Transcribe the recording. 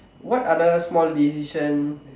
what other small decision